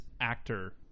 actor